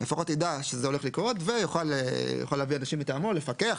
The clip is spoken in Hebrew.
לפחות יידע שזה הולך לקרות ויוכל להביא אנשים מטעמו לפקח,